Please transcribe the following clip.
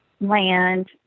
land